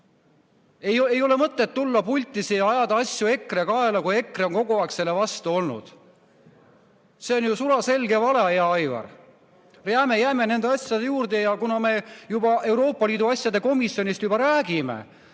Ei ole mõtet tulla pulti ja ajada asju EKRE kaela, kui EKRE on kogu aeg selle vastu olnud. See on sulaselge vale, hea Aivar. Me jääme nende asjade juurde. Kuna me juba Euroopa Liidu asjade komisjonist räägime,